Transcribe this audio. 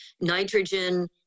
nitrogen